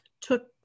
took